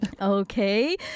okay